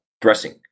dressing